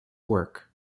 work